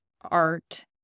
art